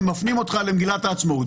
ומפנים אותך למגילת העצמאות.